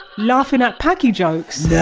laughing at paki jokes yeah